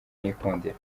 nikundira